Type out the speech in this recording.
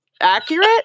Accurate